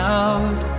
out